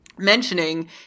mentioning